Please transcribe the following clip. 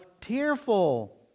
tearful